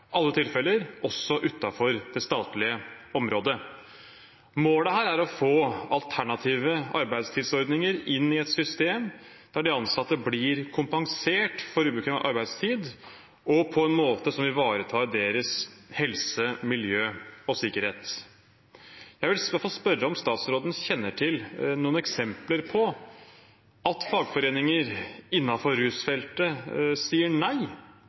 alle tilfeller, også utenfor det statlige området. Målet her er å få alternative arbeidstidsordninger inn i et system der de ansatte blir kompensert for ubekvem arbeidstid, og på en måte som ivaretar deres helse, miljø og sikkerhet. Jeg vil få spørre om statsråden kjenner til noen eksempler på at fagforeninger innenfor rusfeltet sier nei